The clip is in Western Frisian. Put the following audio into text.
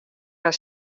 har